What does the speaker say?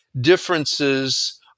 differences